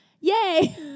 yay